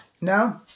No